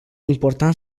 important